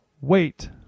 Wait